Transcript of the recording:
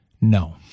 no